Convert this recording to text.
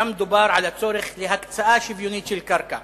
שם מדובר על הצורך בהקצאה שוויונית של הקרקע.